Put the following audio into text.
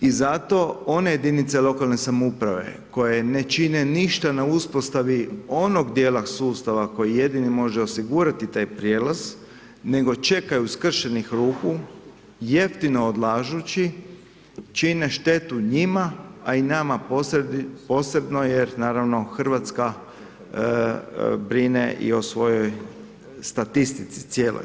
I zato one jedinice lokalne samouprave koje ne čine ništa na uspostavi onog dijela sustava koji jedini može osigurati taj prijelaz nego čekaju skršenih ruku, jeftino odlažući čine štetu njima a i nama posebno jer naravno Hrvatska brine i o svojoj statistici cijeloj.